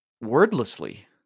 wordlessly